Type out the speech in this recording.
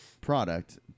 product